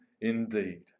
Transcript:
indeed